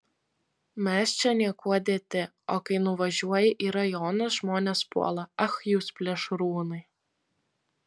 mes čia niekuo dėti o kai nuvažiuoji į rajonus žmonės puola ach jūs plėšrūnai